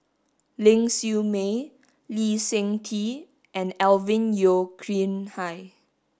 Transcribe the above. Ling Siew May Lee Seng Tee and Alvin Yeo Khirn Hai